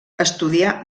estudià